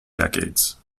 decades